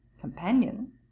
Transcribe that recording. companion